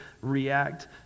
react